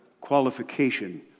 qualification